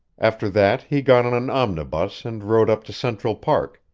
after that he got on an omnibus and rode up to central park,